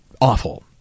awful